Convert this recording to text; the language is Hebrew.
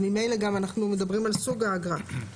אז ממילא גם אנחנו מדברים על סוג האגרה,